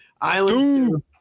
Island